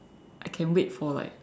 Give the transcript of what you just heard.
I can wait for like